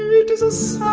it is a